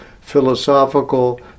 philosophical